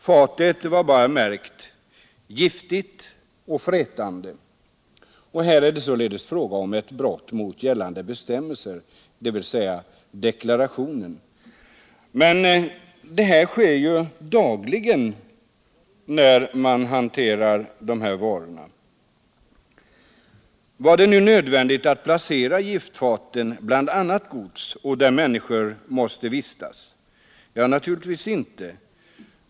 Fatet var bara märkt ”Giftigt” och ”Frätande”. Här var det således fråga om ett brott mot gällande bestämmelser, dvs. i fråga om deklarationen. Men sådana brott sker dagligen vid hantering av giftigt gods. Var det nödvändigt att placera giftfaten bland annat gods och där människor måste vistas? Naturligtvis inte.